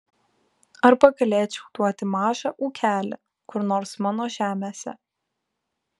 arba galėčiau duoti mažą ūkelį kur nors mano žemėse